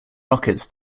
rockets